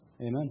Amen